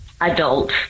adult